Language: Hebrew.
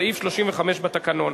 סעיף 35 בתקנון.